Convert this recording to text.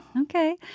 Okay